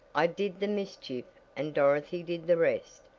i did the mischief and dorothy did the rest.